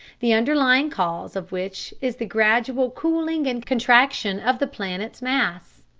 the underlying cause of which is the gradual cooling and contraction of the planet's mass.